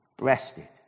rested